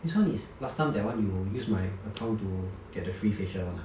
this one is last time that one you use my account to get the free facial [one] ah